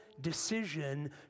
decision